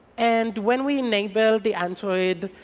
and when we enable the android,